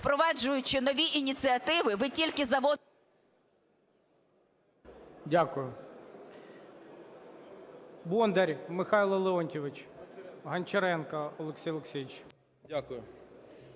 Впроваджуючи нові ініціативи, ви тільки… ГОЛОВУЮЧИЙ. Дякую.